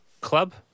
Club